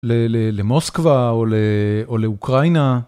למוסקבה, או ל...או לאוקראינה.